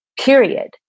period